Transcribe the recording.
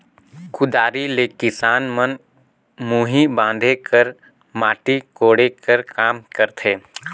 कुदारी ले किसान मन मुही बांधे कर, माटी कोड़े कर काम करथे